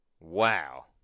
Wow